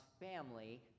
family